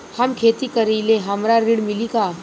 हम खेती करीले हमरा ऋण मिली का?